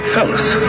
Fellas